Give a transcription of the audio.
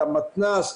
המתנ"ס.